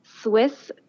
Swiss